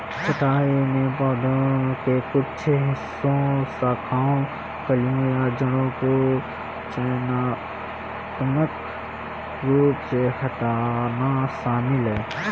छंटाई में पौधे के कुछ हिस्सों शाखाओं कलियों या जड़ों को चयनात्मक रूप से हटाना शामिल है